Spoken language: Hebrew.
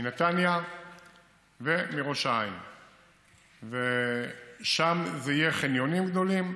מנתניה ומראש העין, ויהיו שם חניונים גדולים,